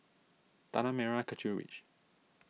Tanah Merah Kechil Ridge